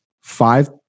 five